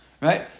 right